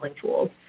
tools